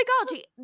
Psychology